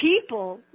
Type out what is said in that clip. people